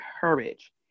courage